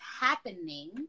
happening